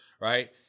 right